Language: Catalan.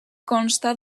consta